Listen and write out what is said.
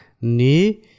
ni